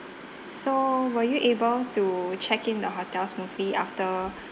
so were you able to check in the hotel smoothly after